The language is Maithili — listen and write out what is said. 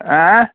आयँ